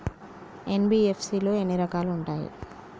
NBFC లో ఎన్ని రకాలు ఉంటాయి?